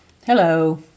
Hello